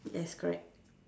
yes correct